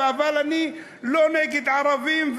אבל אני לא נגד ערבים,